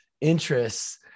interests